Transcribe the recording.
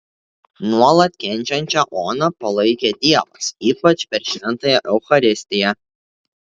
nuolat kenčiančią oną palaikė dievas ypač per šventąją eucharistiją